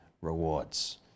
rewards